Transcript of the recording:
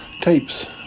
tapes